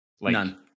None